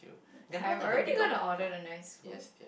I am already gonna order the nice food